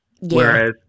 Whereas